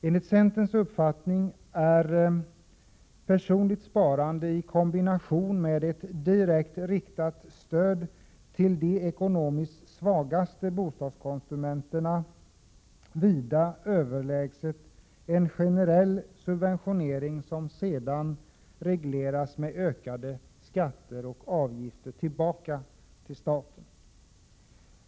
Enligt centerns uppfattning är personligt sparande i kombination med ett direkt riktat stöd till de ekonomiskt svagaste bostadskonsumenterna vida överlägset en generell subventionering som sedan regleras med ökade skatter och avgifter som går tillbaka till staten.